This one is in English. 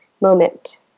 moment